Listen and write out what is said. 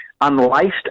unlaced